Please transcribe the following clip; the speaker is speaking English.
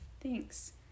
Thanks